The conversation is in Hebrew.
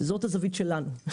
זאת הזווית שלנו.